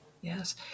yes